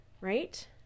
right